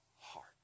heart